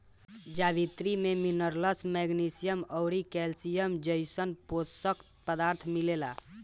जावित्री में minerals, magnesium अउरी कैल्शियम जइसन पोषक पदार्थ मिलेला